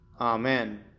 Amen